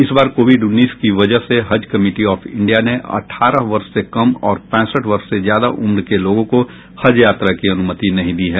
इस बार कोविड उन्नीस की वजह से हज कमिटी ऑफ इंडिया ने अठारह वर्ष से कम और पैंसठ वर्ष से ज्यादा उम्र के लोगों को हज यात्रा की अनुमति नहीं दी है